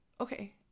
okay